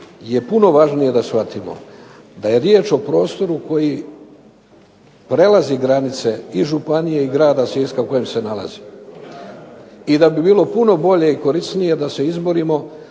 je puno važnije da shvatimo da je riječ o prostoru koji prelazi granice i županije i grada Siska u kojem se nalazim. I da bi bilo puno bolje i korisnije da se izborimo